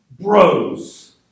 bros